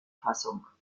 fassung